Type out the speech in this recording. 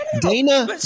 Dana